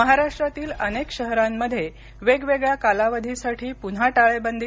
महाराष्ट्रातील अनेक शहरांमध्ये वेगवेगळ्या कालावधीसाठी पुन्हा टाळेबंदी